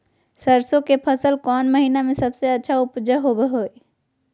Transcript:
सरसों के फसल कौन महीना में सबसे अच्छा उपज होबो हय?